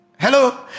Hello